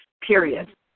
period